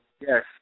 Yes